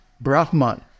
brahman